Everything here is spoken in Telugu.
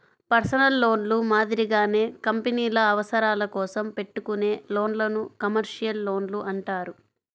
పర్సనల్ లోన్లు మాదిరిగానే కంపెనీల అవసరాల కోసం పెట్టుకునే లోన్లను కమర్షియల్ లోన్లు అంటారు